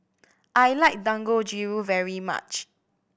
I like Dangojiru very much